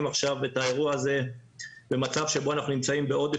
עכשיו את האירוע הזה במצב שבו אנחנו נמצאים בעודף